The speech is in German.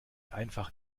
einfach